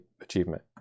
achievement